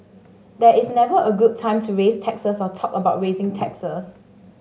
there is never a good time to raise taxes or talk about raising taxes